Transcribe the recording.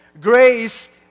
Grace